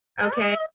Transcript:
okay